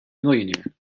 millionaire